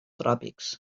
tròpics